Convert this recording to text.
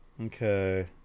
Okay